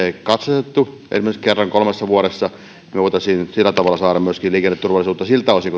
katsastettu esimerkiksi kerran kolmessa vuodessa me voisimme sillä tavalla saada myöskin liikenneturvallisuutta siltä osin